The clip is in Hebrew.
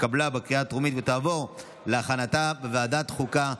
התקבלה בקריאה הטרומית ותעבור להכנתה בוועדת חוקה,